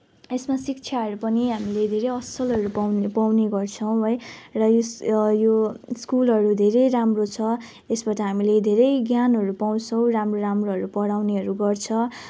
यसमा शिक्षाहरू पनि हामीले धेरै असलहरू पाउने पाउने गर्छौँ है र यो यो स्कुलहरू धेरै राम्रो छ यसबाट हामीले धेरै ज्ञानहरू पाउँछौँ राम्रो राम्रोहरू पढाउने गर्छ